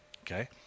okay